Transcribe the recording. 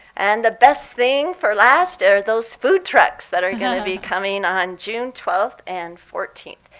and the best thing for last are those food trucks that are going to be coming on june twelve and fourteen.